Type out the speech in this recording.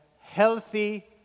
healthy